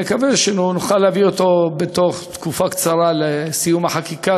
נקווה שנוכל להביא אותו בתוך תקופה קצרה לסיום חקיקה,